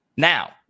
Now